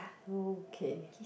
okay